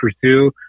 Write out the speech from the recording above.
pursue